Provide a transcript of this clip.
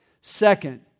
Second